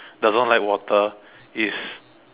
doesn't like water is